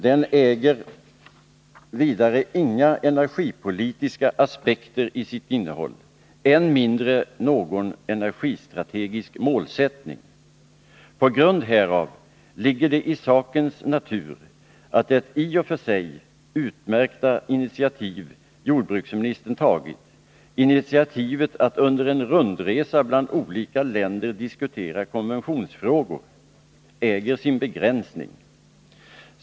Den innehåller heller inga energipolitiska aspekter — än mindre någon energistrategisk målsättning. På grund härav ligger det i sakens natur att det i och för sig utmärkta initiativ jordbruksministern tagit, initiativet att under en rundresa bland olika länder diskutera konventionsfrågor, har begränsat värde.